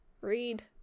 Read